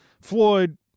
Floyd